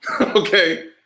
Okay